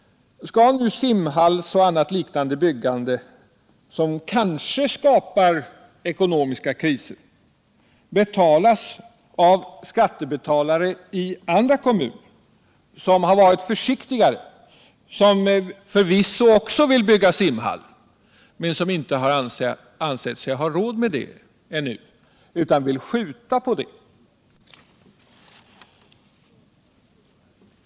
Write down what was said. Skall nu simhallsoch annat liknande byggande, som kanske skapar ekonomiska kriser, betalas av skattebetalare i andra kommuner, som har varit försiktigare och som förvisso också hade velat bygga simhallar men som inte ansett sig ha råd med det ännu, utan velat skjuta på det?